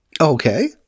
Okay